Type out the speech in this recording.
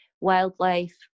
wildlife